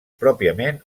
pròpiament